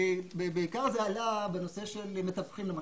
בעיקר זה עלה בנושא של מתווכים למשל.